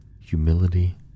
humility